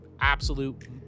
absolute